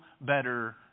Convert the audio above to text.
better